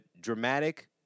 dramatic